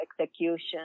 execution